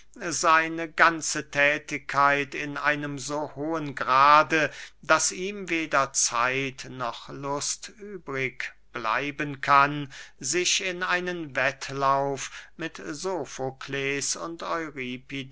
seine ganze thätigkeit in einem so hohen grade daß ihm weder zeit noch lust übrig bleiben kann sich in einen wettlauf mit sofokles und